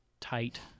tight